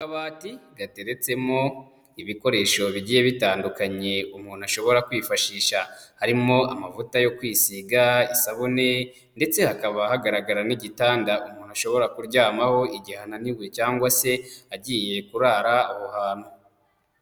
Akabati gateretsemo ibikoresho bigiye bitandukanye umuntu ashobora kwifashisha, harimo amavuta yo kwisiga, isabune ndetse hakaba hagaragara n'igitanda umuntu ashobora kuryamaho igihe ananiwe cyangwa se agiye kurara aho hantu.